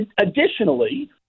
Additionally